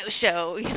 show